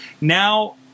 now